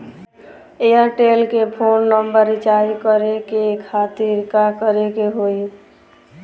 Airtel के phone number recharge करे के खातिर का करे के होई?